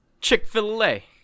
Chick-fil-A